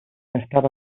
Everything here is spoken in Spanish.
estaba